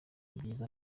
byiza